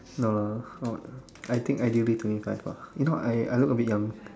no what I think ideally to me five ah you know I I look a bit young